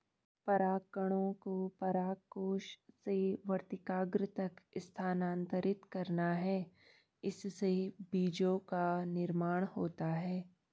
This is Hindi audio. परागकणों को परागकोश से वर्तिकाग्र तक स्थानांतरित करना है, इससे बीजो का निर्माण होता है